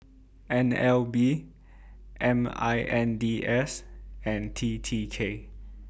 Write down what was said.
N L B M I N D S and T T K